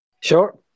Sure